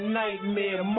nightmare